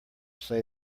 say